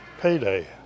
payday